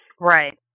Right